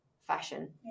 fashion